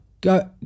go